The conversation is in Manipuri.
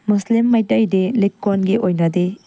ꯃꯨꯁꯂꯤꯟ ꯃꯩꯇꯩꯗꯤ ꯂꯤꯛꯀꯣꯜꯒꯤ ꯑꯣꯏꯅꯗꯤ